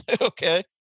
Okay